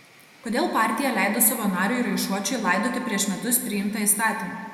kodėl partija leido savo nariui raišuočiui laidoti prieš metus priimtą įstatymą